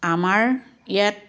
আমাৰ ইয়াত